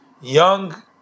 young